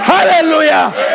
Hallelujah